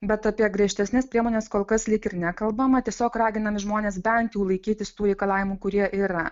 bet apie griežtesnes priemones kol kas lyg ir nekalbama tiesiog raginami žmonės bent jau laikytis tų reikalavimų kurie yra